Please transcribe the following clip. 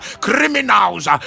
criminals